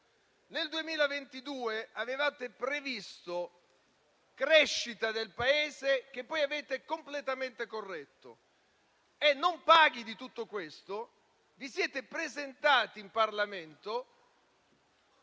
Nel 2022 avevate previsto una crescita del Paese che poi avete completamente corretto. Non paghi di tutto questo, vi siete presentati in Parlamento